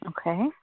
Okay